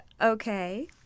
okay